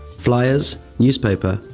flyers, newspaper,